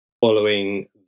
following